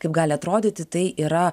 kaip gali atrodyti tai yra